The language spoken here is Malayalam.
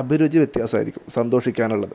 അഭിരുചി വ്യത്യാസമായിരിക്കും സന്തോഷിക്കാനുള്ളത്